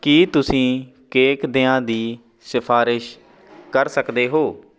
ਕੀ ਤੁਸੀਂ ਕੇਕ ਦਿਆਂ ਦੀ ਸਿਫਾਰਸ਼ ਕਰ ਸਕਦੇ ਹੋ